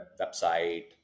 website